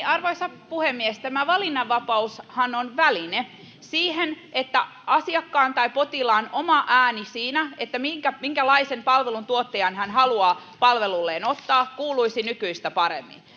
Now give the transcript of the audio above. arvoisa puhemies tämä valinnanvapaushan on väline siihen että asiakkaan tai potilaan oma ääni siinä minkälaisen palveluntuottajan hän haluaa palvelulleen ottaa kuuluisi nykyistä paremmin